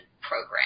program